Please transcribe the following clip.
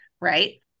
right